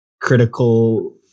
critical